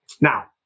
Now